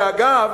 שאגב,